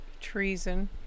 Treason